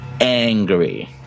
angry